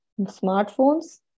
smartphones